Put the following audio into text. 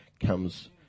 comes